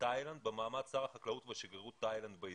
מתאילנד במעמד שר החקלאות ושגרירות תאילנד בישראל.